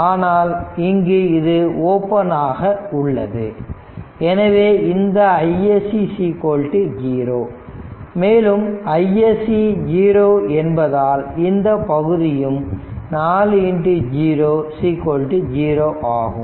ஆனால் இங்கு இது ஓபன் ஆக உள்ளது எனவே இந்த iSC 0 மேலும் iSC 0 என்பதால் இந்தப் பகுதியும் 400 ஆகும்